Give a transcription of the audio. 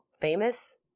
famous